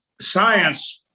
Science